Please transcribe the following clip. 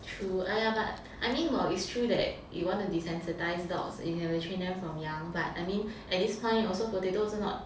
true !aiya! but I mean while it's true that you want to desensitize dogs you have to train them from young but I mean like at this point I mean potato also not